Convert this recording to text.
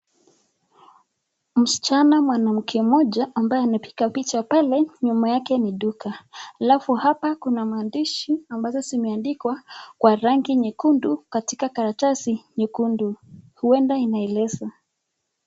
Msichana mwanamke mmoja ambaye anapiga picha pale, nyuma yake ni duka, halafu hapa kuna maandishi ambazo zimeandikwa kwa rangi nyekundu katika karatasi nyekundu, huenda inaeleza.